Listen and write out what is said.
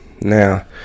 Now